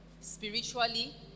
Spiritually